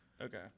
Okay